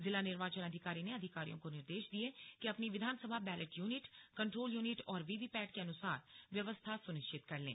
जिला निर्वाचन अधिकारी ने अधिकारियों को निर्देश दिये कि अपनी विधानसभा बैलेट यूनिट कंट्रोल यूनिट और वीवीपैट के अनुसार व्यवस्था सुनिश्चित कर लें